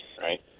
right